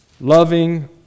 loving